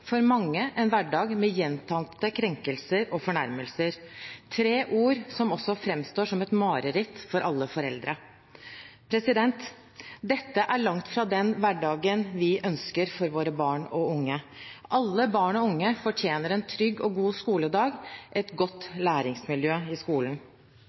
for noen en hverdag med vold, for mange en hverdag med gjentatte krenkelser og fornærmelser, tre ord som også framstår som et mareritt for alle foreldre. Dette er langt fra den hverdagen vi ønsker for våre barn og unge. Alle barn og unge fortjener en trygg og god skoledag, et